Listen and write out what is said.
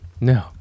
No